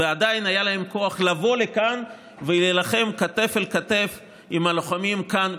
ועדיין היה להם כוח לבוא לכאן ולהילחם כתף אל כתף עם הלוחמים כאן,